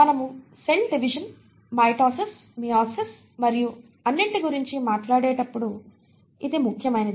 మనము cell division mitosis meiosis మరియు అన్నింటి గురించి మాట్లాడేటప్పుడు ఇది ముఖ్యమైనది